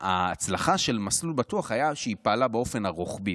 ההצלחה של מסלול בטוח הייתה כשהיא פעלה באופן רוחבי,